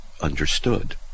understood